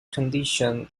condition